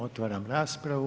Otvaram raspravu.